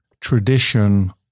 tradition